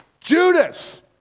Judas